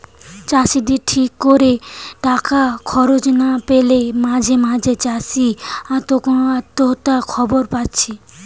চাষিদের ঠিক কোরে টাকা খরচ না পেলে মাঝে মাঝে চাষি আত্মহত্যার খবর পাচ্ছি